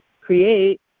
create